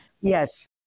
Yes